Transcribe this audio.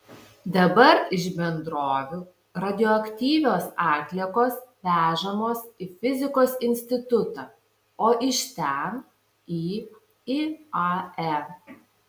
dabar iš bendrovių radioaktyvios atliekos vežamos į fizikos institutą o iš ten į iae